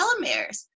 telomeres